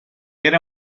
era